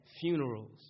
funerals